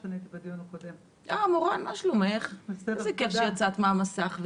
שצריך ליישר קו כדי שכולם